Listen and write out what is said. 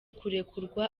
kurekurwa